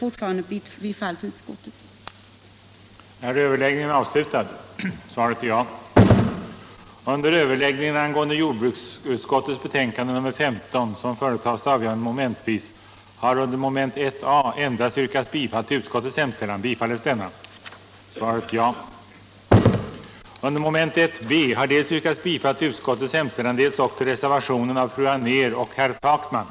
Jag yrkar än en gång bifall till utskottets hemställan.